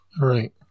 Right